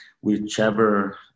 whichever